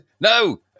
No